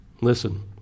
Listen